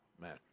man